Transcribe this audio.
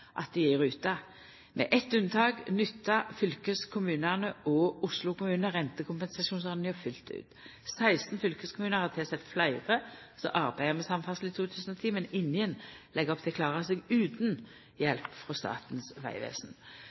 at dei er i rute. Med eitt unntak nyttar fylkeskommunane og Oslo kommune rentekompensasjonsordinga fullt ut. 16 fylkeskommunar har tilsett fleire som arbeider med samferdsel i 2010, men ingen legg opp til å klara seg utan hjelp frå Statens vegvesen.